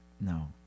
no